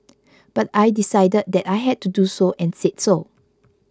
but I decided that I had to do so and said so